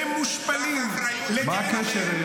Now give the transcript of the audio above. למושפלים --- מה הקשר,